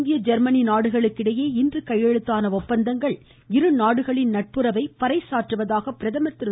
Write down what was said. இந்திய ஜொ்மனி நாடுகளுக்கு இடையே இன்று கையெழுத்தான ஒப்பந்தங்கள் இருநாடுகளின் நட்புறவை பறை சாற்றுவதாக பிரதமா் திரு